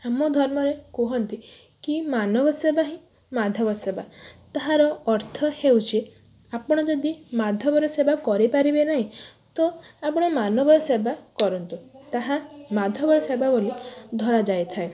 ଆମ ଧର୍ମରେ କୁହନ୍ତି କି ମାନବ ସେବା ହିଁ ମାଧବ ସେବା ତାହାର ଅର୍ଥ ହେଉଛି ଆପଣ ଯଦି ମାଧବର ସେବା କରିପାରିବେ ନାହିଁ ତ ଆପଣ ମାନବ ସେବା କରନ୍ତୁ ତାହା ମାଧବର ସେବା ବୋଲି ଧରାଯାଇଥାଏ